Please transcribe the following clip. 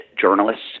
journalists